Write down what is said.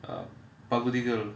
பகுதிகள்:paguthigal